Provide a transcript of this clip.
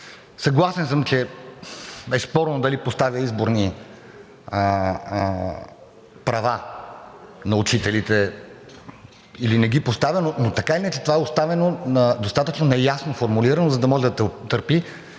Съгласен съм, че е безспорно дали поставя изборни права на учителите, или не ги поставя, но така или иначе това е оставено достатъчно неясно формулирано, за да може да търпи